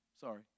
Sorry